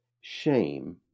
shame